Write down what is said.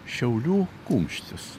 šiaulių kumštis